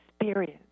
experience